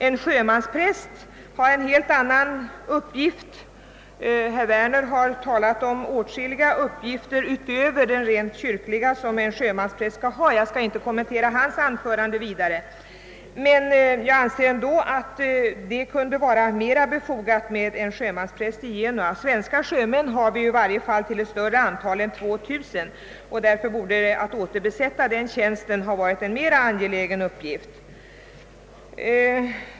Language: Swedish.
En sjömanspräst har en helt annan uppgift — herr Werner har talat om åtskilliga uppgifter — än enbart den kyrkliga. Jag skall inte kommentera herr Werners anförande, men jag anser att det är mer befogat att ha en sjömanspräst i Genua än en präst i Schweiz. Svenska sjömän har vi i varje fall till större antal än 2 000, och därför hade det varit mer angeläget att återbesätta den tjänsten.